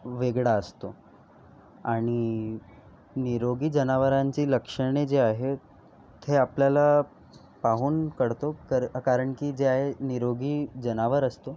वेगळा असतो आणि निरोगी जनावरांची लक्षणे जे आहे ते आपल्याला पाहून कळतो कर कारण की जे आहे निरोगी जनावर असतो